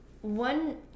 One